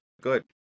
Good